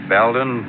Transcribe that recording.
Belden